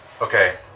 Okay